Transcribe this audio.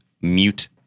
mute